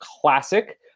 classic